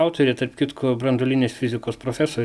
autorė tarp kitko branduolinės fizikos profesorė